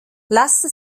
lassen